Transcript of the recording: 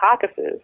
caucuses